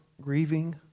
grieving